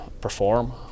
perform